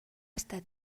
estat